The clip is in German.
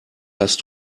hast